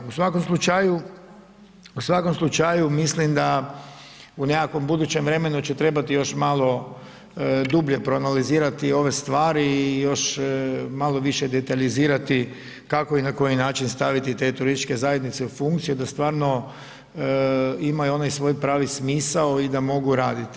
U svakom slučaju, u svakom slučaju mislim da u nekakvom budućem vremenu će trebati još malo dublje proanalizirati ove stvari i još malo više detaljizirati kako i na koji način staviti te turističke zajednice u funkcije da stvarno imaju onaj svoj pravi smisao i da mogu raditi.